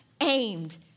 aimed